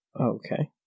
Okay